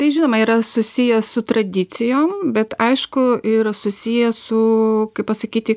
tai žinoma yra susiję su tradicijom bet aišku ir susiję su kaip pasakyti